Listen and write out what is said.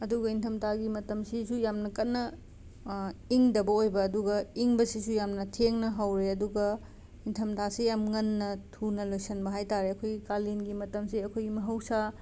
ꯑꯗꯨꯒ ꯏꯪꯊꯝꯊꯥꯒꯤ ꯃꯇꯝꯁꯤꯁꯨ ꯌꯥꯝꯅ ꯀꯟꯅ ꯏꯪꯗꯕ ꯑꯣꯏꯕ ꯑꯗꯨꯒ ꯏꯪꯕꯁꯤꯁꯨ ꯌꯥꯝꯅ ꯊꯦꯡꯅ ꯍꯧꯋꯦ ꯑꯗꯨꯒ ꯏꯪꯊꯝꯊꯥꯁꯦ ꯌꯥꯝꯅ ꯉꯟꯅ ꯊꯨꯅ ꯂꯣꯏꯁꯟꯕ ꯍꯥꯏ ꯇꯥꯔꯦ ꯑꯩꯈꯣꯏ ꯀꯥꯂꯦꯟꯒꯤ ꯃꯇꯝꯁꯦ ꯑꯩꯈꯣꯏꯒꯤ ꯃꯍꯧꯁꯥ